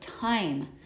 time